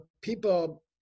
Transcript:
people